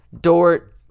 Dort